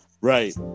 Right